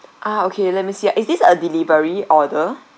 ah okay let me see ah is this a delivery order